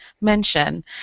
mention